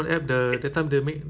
oh because of bluetooth ah